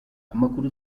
amakuru